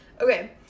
okay